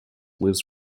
lives